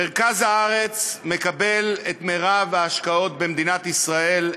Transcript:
מרכז הארץ מקבל את מרב ההשקעות במדינת ישראל,